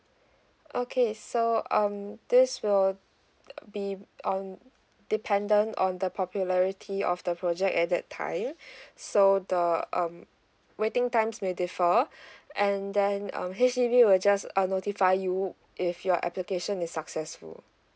okay so um this will be um dependent on the popularity of the project at that time so the um waiting times may differ and then um H_D_B will just uh notify you if your application is successful